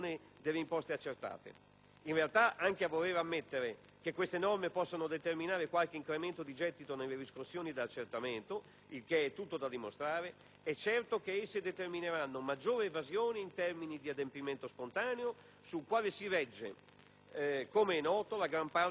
In realtà, anche a voler ammettere che queste norme possano determinare qualche incremento di gettito nelle riscossioni da accertamento (il che è tutto da dimostrare), è certo che esse determineranno maggiore evasione in termini di adempimento spontaneo, sul quale si regge, come è noto, la gran parte del gettito tributario.